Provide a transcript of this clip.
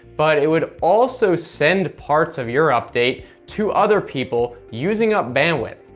but it would also send parts of your updates to other people, using up bandwidth.